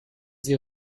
sie